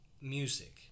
music